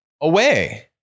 away